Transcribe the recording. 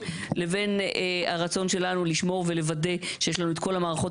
לבין הרצון שלנו לשמור ולוודא שיש לנו את כל המערכות